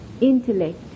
Intellect